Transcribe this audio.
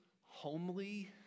homely